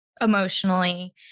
emotionally